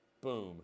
boom